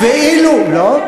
הוא אומר